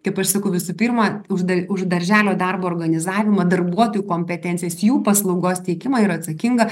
kaip aš sakau visų pirma už da už darželio darbo organizavimą darbuotojų kompetencijas jų paslaugos teikimą yra atsakinga